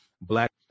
black